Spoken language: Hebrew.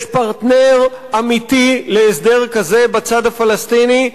יש פרטנר אמיתי להסדר כזה בצד הפלסטיני,